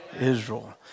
Israel